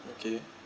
okay